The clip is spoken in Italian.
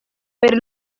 per